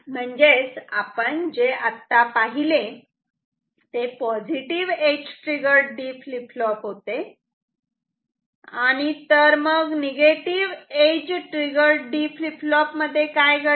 म्हणजेच आपण जे आत्ता पाहिले ते positive edge triggered D flip flop होते आणि तर मग negative edge triggered D flip flop मध्ये काय घडते